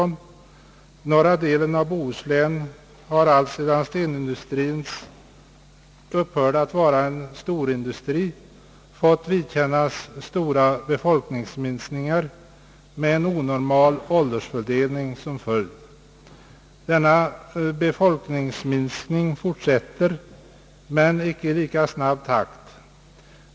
Norra delen av Bohuslän har alltsedan stenindustrien upphörde att vara en storindustri fått vidkännas stora befolkningsminskningar med en onormal åldersfördelning som = följd. Denna minskning fortsätter, men icke i lika snabb takt.